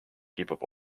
kipub